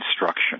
instruction